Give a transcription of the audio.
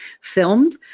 filmed